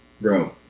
Bro